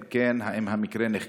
2. אם כן, האם המקרה נחקר?